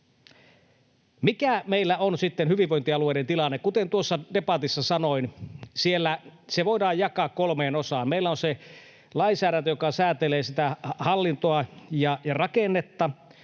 Mikä meillä on sitten hyvinvointialueiden tilanne? Kuten tuossa debatissa sanoin, se voidaan jakaa kolmeen osaan. Meillä on se lainsäädäntö, joka säätelee sitä hallintoa ja rakennetta,